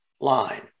line